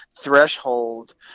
threshold